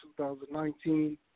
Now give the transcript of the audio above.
2019